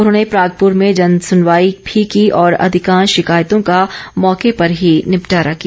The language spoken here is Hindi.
उन्होंने प्रागपुर में जनसुनवाई भी की और अधिकांश शिकायतों का मौके पर ही निपटारा किया